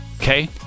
Okay